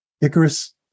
Icarus